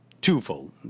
twofold